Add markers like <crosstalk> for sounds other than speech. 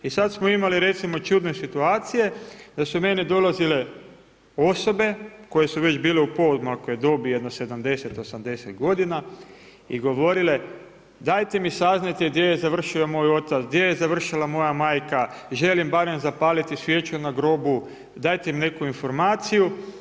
I sad smo imali recimo čudne situacije, da su mene dolazile osobe, koje su već bile u … <unintelligible> dobi, jedno 70, 80 g. i govorile dajte mi saznajte gdje je završio moj otac, gdje je završila moja majka, želim barem zapaliti svijeću na grobu, dajte mi neku informaciju.